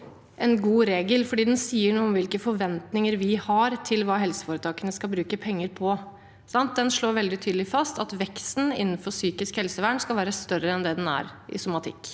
en god regel, fordi den sier noe om hvilke forventninger vi har til hva helseforetakene skal bruke penger på. Den slår veldig tydelig fast at veksten innenfor psykisk helsevern skal være større enn det den er i somatikken.